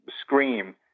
scream